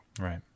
Right